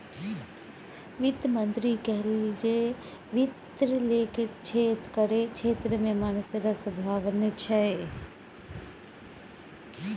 वित्त मंत्री कहलनि जे वित्त केर क्षेत्र मे मारिते रास संभाबना छै